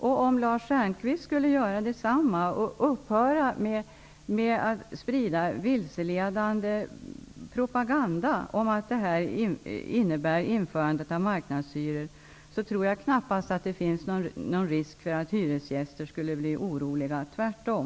Om Lars Stjernkvist skulle göra detsamma och upphöra med att sprida vilseledande propaganda om att detta innebär införande av marknadshyror, tror jag knappast att det finns någon risk för att hyresgäster blir oroliga, tvärtom.